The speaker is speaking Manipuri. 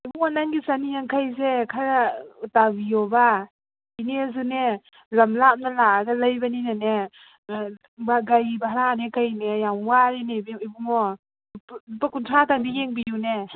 ꯏꯕꯨꯡꯉꯣ ꯅꯪꯒꯤ ꯆꯅꯤ ꯌꯥꯡꯈꯩꯁꯦ ꯈꯔ ꯇꯥꯕꯤꯌꯣꯕ ꯏꯅꯦꯁꯨꯅꯦ ꯂꯝ ꯂꯥꯞꯅ ꯂꯥꯛꯑꯒ ꯂꯩꯕꯅꯤꯅꯅꯦ ꯒꯥꯔꯤ ꯚꯔꯥꯅꯦ ꯀꯩꯅꯦ ꯌꯥꯝ ꯋꯥꯔꯦꯅꯦ ꯏꯕꯨꯡꯉꯣ ꯂꯨꯄꯥ ꯀꯨꯟꯊ꯭ꯔꯥ ꯇꯪꯗꯤ ꯌꯦꯡꯕꯤꯌꯨꯅꯦ